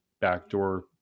backdoor